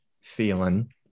feeling